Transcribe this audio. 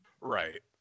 Right